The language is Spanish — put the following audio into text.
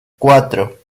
cuatro